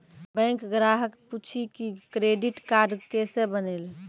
Bank ग्राहक पुछी की क्रेडिट कार्ड केसे बनेल?